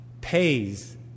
pays